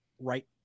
right